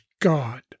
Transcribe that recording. God